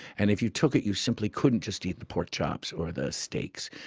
and if you took it you simply couldn't just eat the pork chops or the steaks.